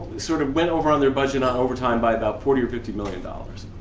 sort of went over on their budget on overtime by about forty or fifty million dollars,